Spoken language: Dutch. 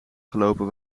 gelopen